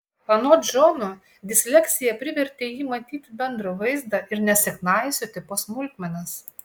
anot džono disleksija privertė jį matyti bendrą vaizdą ir nesiknaisioti po smulkmenas